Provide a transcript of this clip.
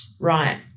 right